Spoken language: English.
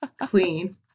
Queen